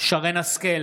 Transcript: שרן מרים השכל,